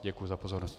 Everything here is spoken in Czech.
Děkuji za pozornost.